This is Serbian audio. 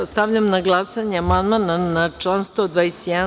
Stavljam na glasanje amandman na član 121.